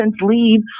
leave